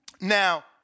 Now